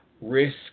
risk